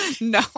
no